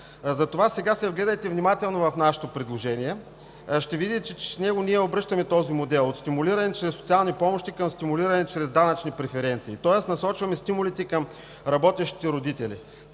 Затова сега се вгледайте внимателно в нашето предложение. Ще видите, че в него ние обръщаме този модел – от стимулиране чрез социални помощи към стимулиране чрез данъчни преференции. Тоест насочваме стимулите към работещите родители.